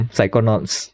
Psychonauts